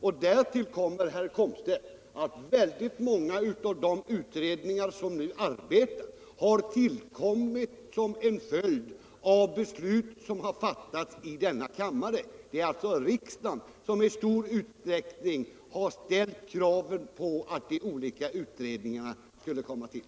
Därtill kommer, herr Komstedt, att väldigt många av de utredningar som nu arbetar har tillsatts efter beslut som fattats i denna kammare. Det är alltså riksdagen som i stor utsträckning har ställt kraven på att de olika utredningarna skulle komma till.